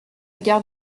gare